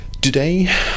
today